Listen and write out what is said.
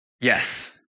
Yes